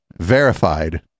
verified